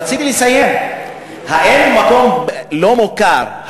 רציתי לסיים: האם מקום לא מוכר,